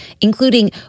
including